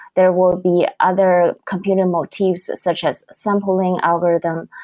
there will be other computer motifs such as sampling algorithm.